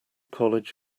college